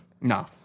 No